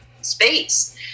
space